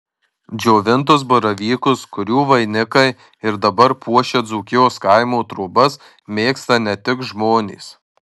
džiovintus baravykus kurių vainikai ir dabar puošia dzūkijos kaimo trobas mėgsta ne tik žmonės